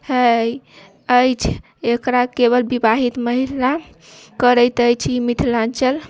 होइ अछि एकरा केवल विवाहित महिला करैत अछि ई मिथिलाञ्चल